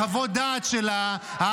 מחוות הדעת ההזויות,